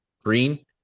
green